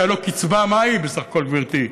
כי הלוא קצבה מהי, בסך הכול, גברתי?